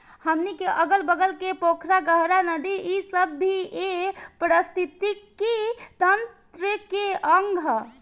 हमनी के अगल बगल के पोखरा, गाड़हा, नदी इ सब भी ए पारिस्थिथितिकी तंत्र के अंग ह